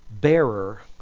bearer